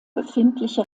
befindliche